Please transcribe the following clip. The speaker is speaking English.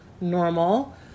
normal